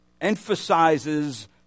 emphasizes